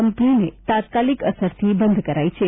company તાત્કાલિક અસરથી બંધ કરાઈ છે